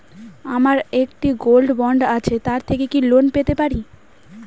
আমার একটি gold bond আছে তার থেকে কি লোন পেতে পারি?